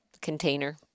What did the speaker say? container